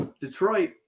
Detroit